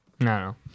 No